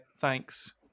thanks